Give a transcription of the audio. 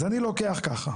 אז אני לוקח ככה: